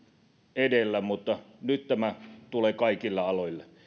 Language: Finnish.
edellä mutta nyt tämä tulee kaikille aloille